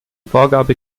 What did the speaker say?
vorgabe